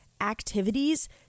activities